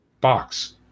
Box